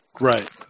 Right